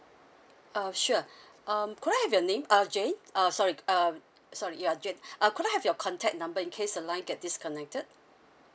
uh sure um could I have your name uh jane uh sorry uh sorry you're jane uh could I have your contact number in case the line get disconnected